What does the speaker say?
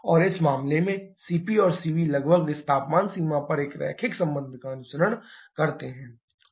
और इस मामले में CP और Cv लगभग इस तापमान सीमा पर एक रैखिक संबंध का अनुसरण करते हैं